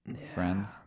friends